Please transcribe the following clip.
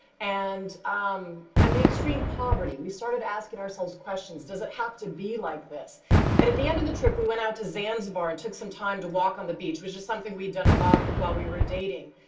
and um and the extreme poverty. we started asking ourselves questions. does it have to be like this? and at the end of the trip, we went out to zanzibar, and took some time to walk on the beach, which is something we had done a lot while were dating.